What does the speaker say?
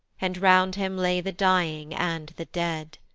and round him lay the dying, and the dead.